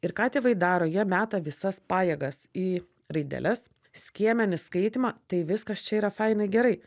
ir ką tėvai daro jie meta visas pajėgas į raideles skiemenis skaitymą tai viskas čia yra fainai gerai